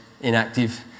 inactive